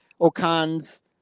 okan's